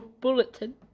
Bulletin